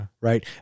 right